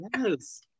Yes